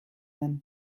den